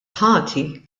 ħati